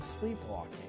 sleepwalking